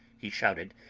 he shouted.